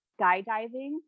skydiving